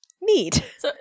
Neat